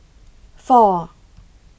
four